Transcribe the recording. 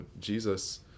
Jesus